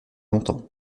longtemps